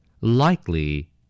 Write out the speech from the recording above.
Likely